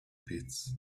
pits